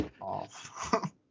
off